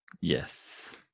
Yes